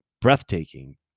breathtaking